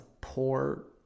poor